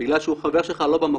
בגלל שהוא חבר שלך, לא במקום.